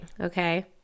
okay